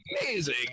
amazing